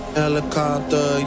helicopter